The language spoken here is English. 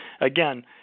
again